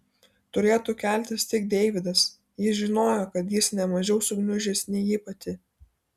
turėtų keltis tik deividas ji žinojo kad jis ne mažiau sugniužęs nei ji pati